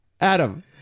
Adam